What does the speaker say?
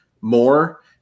more